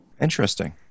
interesting